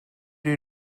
you